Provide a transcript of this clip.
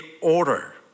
order